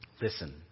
Listen